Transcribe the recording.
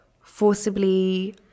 forcibly